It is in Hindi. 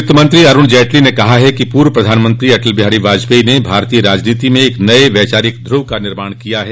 वित्त मंत्री अरुण जेटली ने कहा है कि पूर्व प्रधानमंत्री अटल बिहारी वाजपयी ने भारतोय राजनीति में एक नये वैचारिक ध्र्व का निर्माण किया है